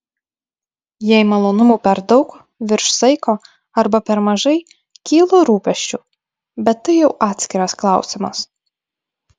jei malonumų per daug virš saiko arba per mažai kyla rūpesčių bet tai jau atskiras klausimas